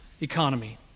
economy